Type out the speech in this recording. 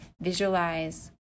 Visualize